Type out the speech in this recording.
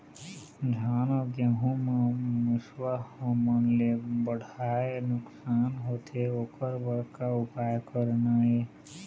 धान अउ गेहूं म मुसवा हमन ले बड़हाए नुकसान होथे ओकर बर का उपाय करना ये?